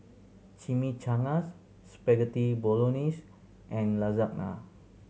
Chimichangas Spaghetti Bolognese and Lasagna